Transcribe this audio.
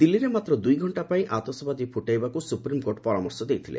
ଦିଲ୍ଲୀରେ ମାତ୍ର ଦୁଇଘଣ୍ଟା ପାଇଁ ଆତଶବାଜୀ ଫୁଟାଇବାକୁ ସୁପ୍ରିମକୋର୍ଟ ପରାମର୍ଶ ଦେଇଥିଲେ